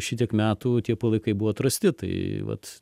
šitiek metų tie palaikai buvo atrasti tai vat